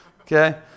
Okay